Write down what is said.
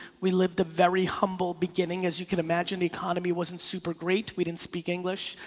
we lived a very humble beginning as you can imagine. the economy wasn't super great. we didn't speak english.